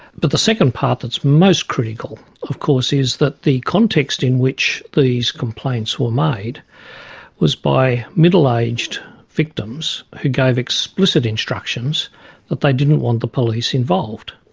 but the second part that's most critical, of course, is that the context in which these complaints were made was by middle aged victims who gave explicit instructions that they didn't want the police involved.